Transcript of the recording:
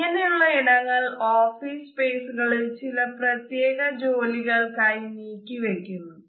ഇങ്ങനെ ഉള്ള ഇടങ്ങൾ ഓഫീസ് സ്പേസുകളിൽ ചില പ്രത്യേക ജോലികൾക്കായി നീക്കി വയ്ക്കുന്നു